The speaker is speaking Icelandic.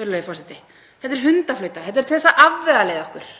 virðulegi forseti. Þetta er hundaflauta. Þetta er til að afvegaleiða okkur